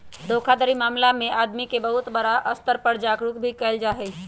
धोखाधड़ी मामला में आदमी के बहुत बड़ा स्तर पर जागरूक भी कइल जाहई